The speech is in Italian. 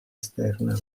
esterna